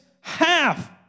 half